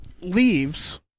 leaves